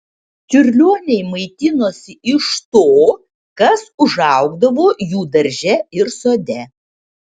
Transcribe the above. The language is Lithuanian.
čiurlioniai maitinosi iš to kas užaugdavo jų darže ir sode